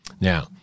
Now